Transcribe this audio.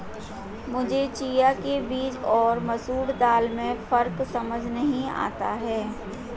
मुझे चिया के बीज और मसूर दाल में फ़र्क समझ नही आता है